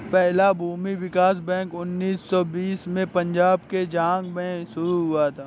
पहला भूमि विकास बैंक उन्नीस सौ बीस में पंजाब के झांग में शुरू हुआ था